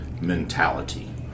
mentality